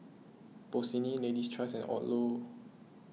Bossini Lady's Choice and Odlo